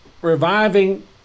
reviving